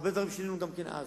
והרבה דברים שינינו גם אז.